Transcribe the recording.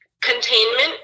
containment